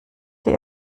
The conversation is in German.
die